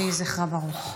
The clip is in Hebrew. יהי זכרה ברוך.